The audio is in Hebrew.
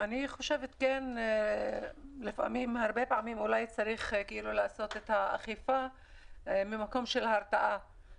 אני חושבת שהרבה פעמים אולי צריך לעשות את האכיפה ממקום של הרתעה